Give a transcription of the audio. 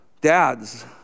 Dads